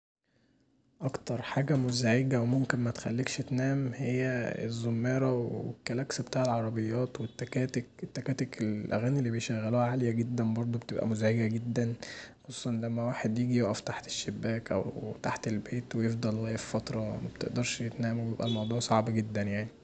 أكتر حاجه مزعجه وممكن متخلكش تنام هي الزوميره والكلكس بتاع العربيات والتكاتك، التكاتك الاغاني اللي بيشغلوها مزعجه جدا، خصوصا لما يجي واحد يقف تحت الشباك او تحت البيت ويفضل واقف فتره مبتقدرش تنام وبيبقي الموضوع صعب جدا يعني.